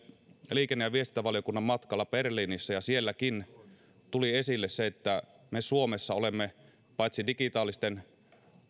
liikenne ja viestintävaliokunnan matkalla berliinissä ja sielläkin tuli esille se että me suomessa olemme paitsi digitaalisten